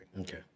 Okay